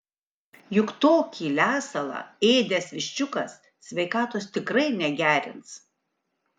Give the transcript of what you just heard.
juk tokį lesalą ėdęs viščiukas sveikatos tikrai negerins